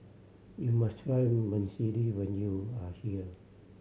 you must try Vermicelli when you are here